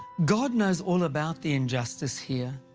god knows all about the injustice here.